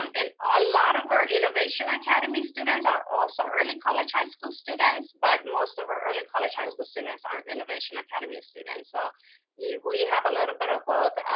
um and a lot of our innovation academy students are also early college high school students, but most of our early college high school students aren't innovation academy students, so yeah we have a little bit of both.